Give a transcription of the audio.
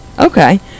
Okay